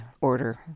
order